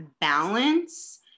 balance